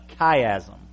chiasm